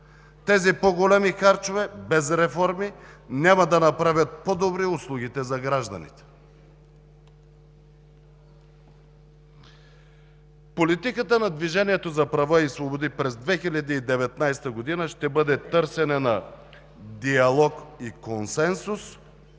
Тези по-големи харчове без реформи няма да направят по-добри услугите за гражданите. Политиката на „Движение за права и свободи“ през 2019 г. ще бъде търсене на диалог и консенсус